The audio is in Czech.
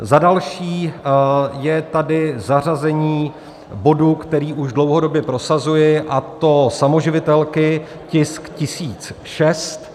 Za další je tady zařazení bodu, který už dlouhodobě prosazuji, a to samoživitelky, tisk 1006.